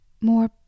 more